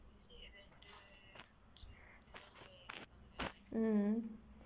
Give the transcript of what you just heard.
mm